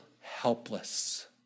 helpless